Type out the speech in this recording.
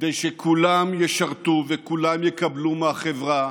כדי שכולם ישרתו וכולם יקבלו מהחברה